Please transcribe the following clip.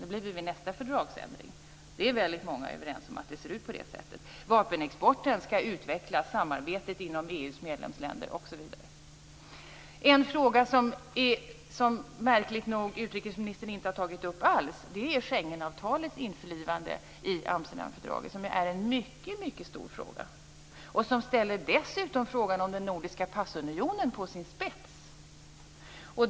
Det blir väl vid nästa fördragsändring. Väldigt många är överens om att det ser ut på det sättet. Vapenexporten och samarbetet inom EU:s medlemsländer skall utvecklas osv. En fråga som utrikesministern märkligt nog inte har tagit upp alls är Schengenavtalets införlivande i Amsterdamfördraget. Det är ju en mycket stor fråga. Den ställer dessutom frågan om den nordiska passunionen på sin spets.